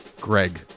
Greg